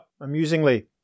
amusingly